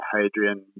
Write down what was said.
Hadrian